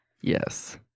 Yes